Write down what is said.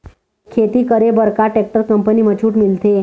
खेती करे बर का टेक्टर कंपनी म छूट मिलथे?